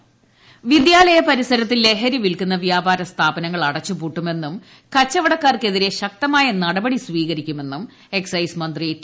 ചോദ്യോത്തരം വിദ്യാലയപരിസരത്ത് ലഹരി വിൽക്കുന്ന വ്യാപാരസ്ഥാപനങ്ങൾ അടച്ചു പൂട്ടുമെന്നും കച്ചവടക്കാർക്കെതിരെ ശക്തമായ നടപടി സ്വീകരിക്കുമെന്നും എക്സൈസ് മന്ത്രി ടി